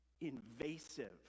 invasive